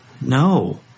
no